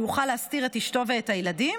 שהוא יוכל להסתיר את אשתו ואת הילדים,